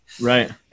Right